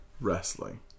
wrestling